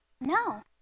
No